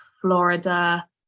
florida